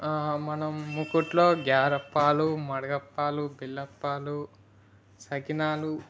మనం మూకుడులో గారే అప్పాలు మడగపాలు బెల్లప్పాలు సకినాలు